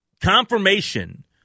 confirmation